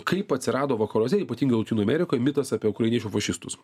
kaip atsirado vakaruose ypatingai lotynų amerikoj mitas apie ukrainiečių fašistus